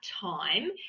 time